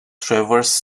travers